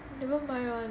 never mind [one]